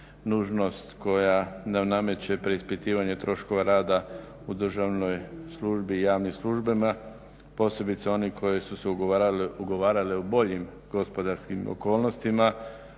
nužnost koja nam nameće preispitivanje troškova rada u državnoj službi i javnim službama posebice one koje su se ugovarale u boljim gospodarskim okolnostima